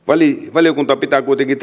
valiokunta pitää kuitenkin